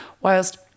whilst